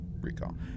recall